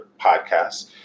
podcasts